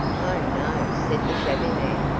oh, no, said the shabby man.